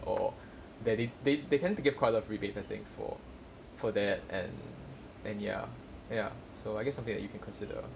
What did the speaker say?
or that they they they tend to give quite of rebates I think for for that and and ya ya so I guess something that you can consider